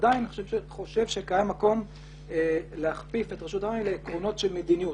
עדיין אני חושב שיש מקום להכפיף את רשות המים לעקרונות של מדיניות.